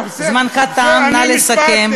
זמנך תם, נא לסכם.